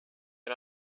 and